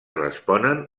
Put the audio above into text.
responen